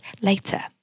later